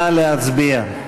נא להצביע.